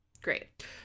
Great